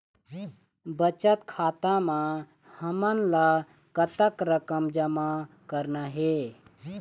बचत खाता म हमन ला कतक रकम जमा करना हे?